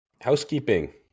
Housekeeping